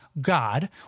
God